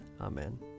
Amen